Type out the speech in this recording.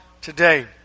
today